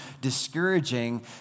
discouraging